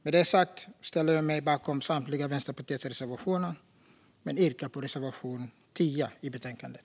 Jag står bakom Vänsterpartiets samtliga reservationer men yrkar bifall endast till reservation 10 i betänkandet.